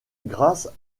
grâce